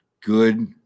good